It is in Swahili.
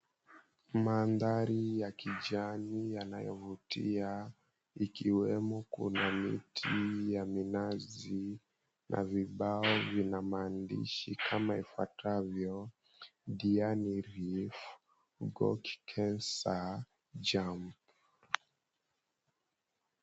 Maandhari ya kijani yanayovutia, ikiwemo kuna miti ya minazi na vibao vina maandishi kama ifuatavyo, Diani Reef Godtesa Jump.